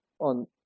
on